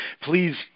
please